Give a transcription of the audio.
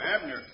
Abner